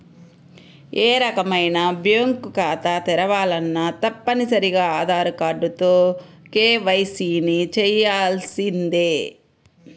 ఏ రకమైన బ్యేంకు ఖాతా తెరవాలన్నా తప్పనిసరిగా ఆధార్ కార్డుతో కేవైసీని చెయ్యించాల్సిందే